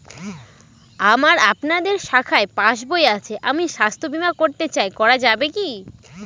আমার আপনাদের শাখায় পাসবই আছে আমি স্বাস্থ্য বিমা করতে চাই করা যাবে কি?